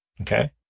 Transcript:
Okay